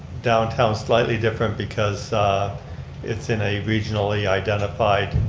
downtown, slightly different because it's in a regionally identified.